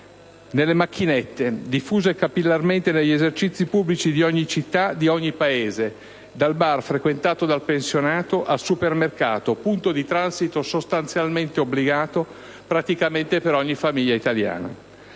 nelle macchinette diffuse capillarmente negli esercizi pubblici di ogni città, di ogni paese: dal bar frequentato dal pensionato, al supermercato, punto di transito sostanzialmente obbligato per ogni famiglia italiana.